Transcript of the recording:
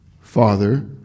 Father